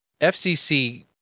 FCC